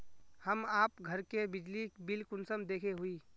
हम आप घर के बिजली बिल कुंसम देखे हुई?